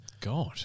God